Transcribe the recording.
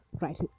right